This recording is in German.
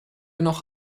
noch